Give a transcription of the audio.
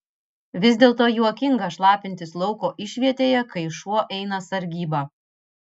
vis dėlto juokinga šlapintis lauko išvietėje kai šuo eina sargybą